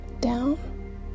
down